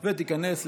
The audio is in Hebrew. תומך,